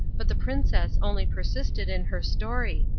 but the princess only persisted in her story,